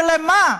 ולמה?